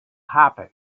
happen